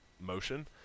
motion